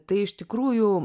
tai iš tikrųjų